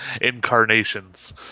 incarnations